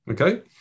okay